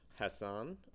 Hassan